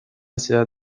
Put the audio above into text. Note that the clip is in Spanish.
ciudad